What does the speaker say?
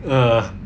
err